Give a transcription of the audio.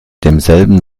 demselben